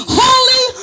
holy